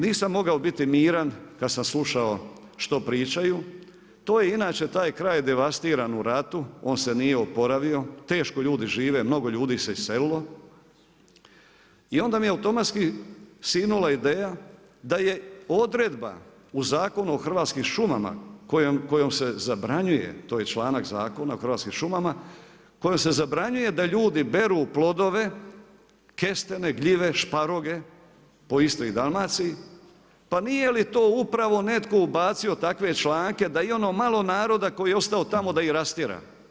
Nisam mogao biti miran kad sam slušao što pričaju, to je inače taj kraj devastiran u ratu, on se nije oporavio, teško ljudi žive, mnogo ljudi se iselilo i onda mi je automatski sinula ideja da je odredba u Zakonu o hrvatskim šumama kojoj se zabranjuje, to je članak Zakona o hrvatskim šumama, kojom se zabranjuje da ljudi beru plodove kestena, gljive, šparoge po Istri i Dalmaciji, pa nije li to upravo netko ubacio takve članke da i ono malo naroda koji je ostao tamo da ih rastjera?